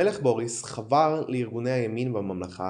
המלך בוריס חבר לארגוני הימין בממלכה